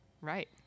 Right